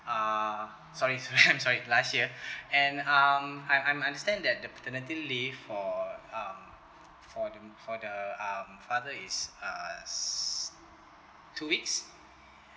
uh sorry sorry I'm sorry last year and um I'm I'm understand the paternity leave for um for the for the um father is uh s~ two weeks